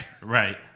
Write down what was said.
Right